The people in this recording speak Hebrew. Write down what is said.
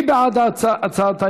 מי בעד הצעת האי-אמון?